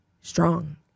strong